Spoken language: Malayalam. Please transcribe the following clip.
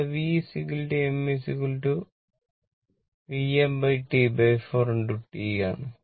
ഇവിടെ v m T4 T ആണ്